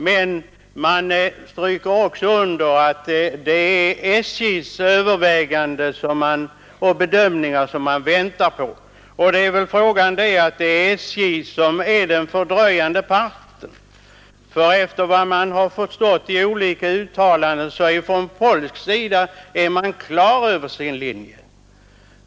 Men man stryker också under att det är SJ:s övervägande och bedömningar som man väntar på, och det är väl SJ som är den fördröjande parten. Efter vad man har förstått av olika uttalanden är man från polsk sida klar över sin linje.